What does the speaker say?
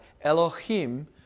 Elohim